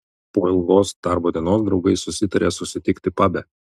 po ilgos darbo dienos draugai susitarė susitikti pabe